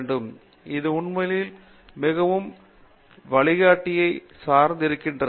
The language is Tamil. பேராசிரியர் பாபு விஸ்வநாத் இது உண்மையில் மிகவும் வழிகாட்டியை சார்ந்து இருக்கிறது